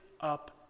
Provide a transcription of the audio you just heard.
up